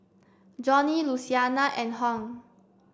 Joni Louisiana and Hung